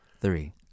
three